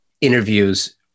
interviews